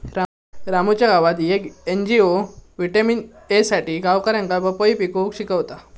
रामूच्या गावात येक एन.जी.ओ व्हिटॅमिन ए साठी गावकऱ्यांका पपई पिकवूक शिकवता